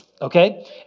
okay